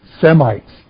Semites